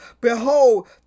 behold